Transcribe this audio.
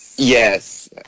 Yes